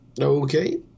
Okay